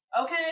Okay